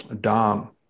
Dom